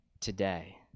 today